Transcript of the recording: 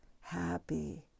happy